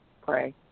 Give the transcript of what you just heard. pray